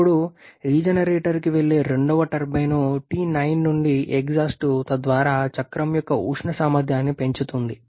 ఇప్పుడు రీజెనరేటర్కి వెళ్లే రెండవ టర్బైన్ T9 నుండి ఎగ్జాస్ట్ తద్వారా చక్రం యొక్క ఉష్ణ సామర్థ్యాన్ని పెంచుతుంది